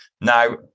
now